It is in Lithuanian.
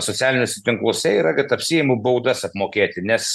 socialiniuose tinkluose yra kad apsiimu baudas apmokėti nes